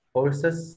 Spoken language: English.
Horses